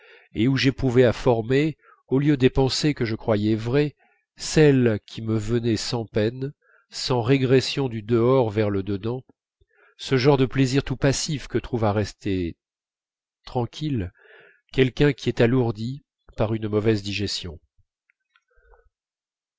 et où j'éprouvais à former au lieu des pensées que je croyais vraies celles qui me venaient sans peine sans régression du dehors vers le dedans ce genre de plaisir tout passif que trouve à rester tranquille quelqu'un qui est alourdi par une mauvaise digestion